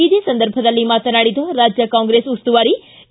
ಇದೇ ಸಂದರ್ಭದಲ್ಲಿ ಮಾತನಾಡಿದ ರಾಜ್ಯ ಕಾಂಗ್ರೆಸ್ ಉಸ್ತುವಾರಿ ಕೆ